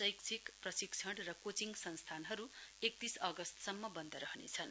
शैक्षिक प्रशिक्षण र कोचिङ संस्थानहरु एकतीस अगस्तसम्म बन्द रहनेछन्